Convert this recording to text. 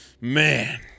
Man